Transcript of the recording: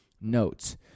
notes